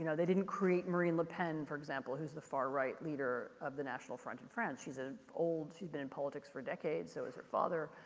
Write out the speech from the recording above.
you know they didn't create marine le pen, for example, who's the far-right leader of the national front in and france. she's an old, she's been in politics for decades, so was her father.